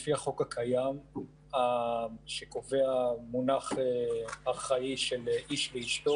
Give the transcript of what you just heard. לפי החוק הקיים שקובע מונח ארכאי של "איש ואשתו"